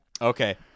Okay